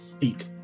eat